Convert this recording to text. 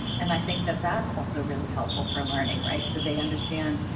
and i think that that's also really helpful for learning. right. so they understand,